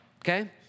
Okay